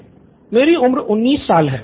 student ३ मेरी उम्र उन्नीस साल है